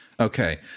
Okay